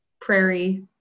prairie